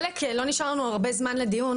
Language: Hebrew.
לא נשאר לנו הרבה זמן לדיון,